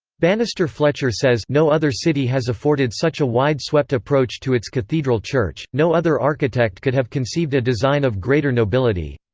banister fletcher says no other city has afforded such a wide-swept approach to its cathedral church, no other architect could have conceived a design of greater nobility.